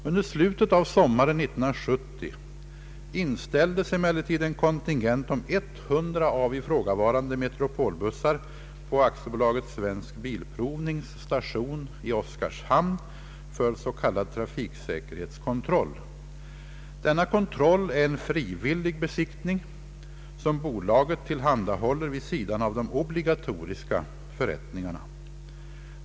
Under slutet av sommaren 1970 inställdes emellertid en kontingent om 100 av ifrågavarande Metropolbussar på AB Svensk bilprovnings station i Oskarshamn för s.k. trafiksäkerhetskontroll. Denna kontroll är en frivillig besiktning, som bolaget tillhandahåller vid sidan av de obligatoriska förrättningarna.